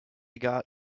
got